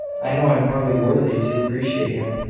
i know i am hardly worthy to appreciate him.